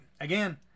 again